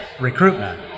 recruitment